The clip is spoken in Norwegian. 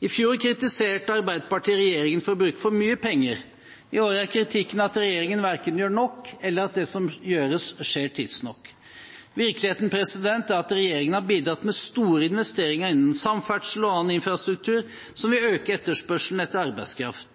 I fjor kritiserte Arbeiderpartiet regjeringen for å bruke for mye penger. I år er kritikken at regjeringen hverken gjør nok, eller at det som gjøres, skjer tidsnok. Virkeligheten er at regjeringen har bidratt med store investeringer innenfor samferdsel og annen infrastruktur, noe som vil øke etterspørselen etter arbeidskraft.